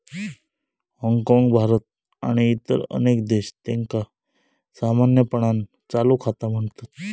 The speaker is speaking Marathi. हाँगकाँग, भारत आणि इतर अनेक देश, त्यांका सामान्यपणान चालू खाता म्हणतत